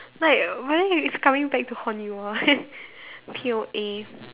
like but then you it's coming back to haunt you ah P_O_A